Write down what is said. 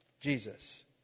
Jesus